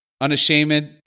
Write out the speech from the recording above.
Unashamed